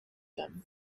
them